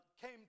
came